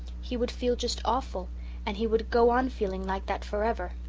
he would feel just awful and he would go on feeling like that forever.